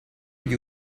gli